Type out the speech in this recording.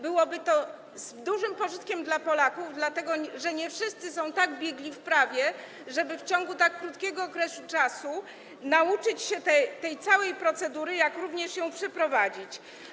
Byłoby to z dużym pożytkiem dla Polaków, dlatego że nie wszyscy są tak biegli w prawie, żeby w ciągu tak krótkiego okresu nauczyć się tej całej procedury, jak również ją przeprowadzić.